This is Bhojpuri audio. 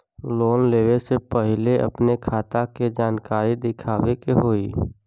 लोन लेवे से पहिले अपने खाता के जानकारी दिखावे के होई?